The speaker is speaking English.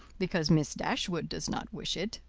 because miss dashwood does not wish it.